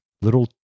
Little